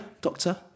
doctor